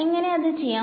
എങ്ങനെ അത് ചെയ്യാം